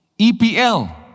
EPL